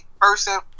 person